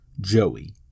Joey